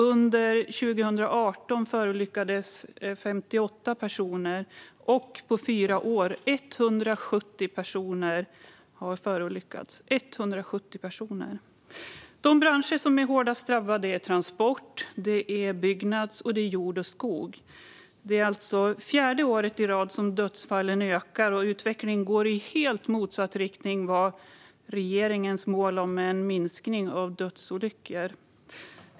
Under 2018 förolyckades 58 personer. På fyra år har 170 personer förolyckats - 170 personer! De branscher som är hårdast drabbade är transport, bygg och jord/skog. Dödsfallen ökar alltså för fjärde året i rad, och utvecklingen går i helt motsatt riktning mot regeringens mål om en minskning av dödsolyckor.